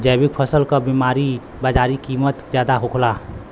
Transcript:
जैविक फसल क बाजारी कीमत ज्यादा होला